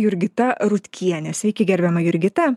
jurgita rutkienė sveiki gerbiama jurgita